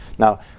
Now